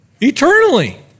eternally